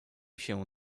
się